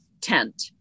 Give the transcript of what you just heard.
tent